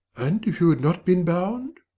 and if you had not been bound?